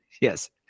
yes